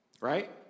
Right